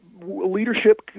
leadership